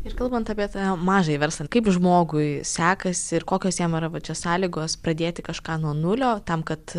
ir kalbant apie tą mažąjį verslą kaip žmogui sekasi ir kokios jam yra va čia sąlygos pradėti kažką nuo nulio tam kad